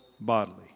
bodily